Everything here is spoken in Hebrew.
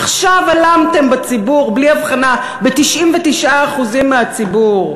עכשיו הלמתם בציבור בלי הבחנה, ב-99% מהציבור.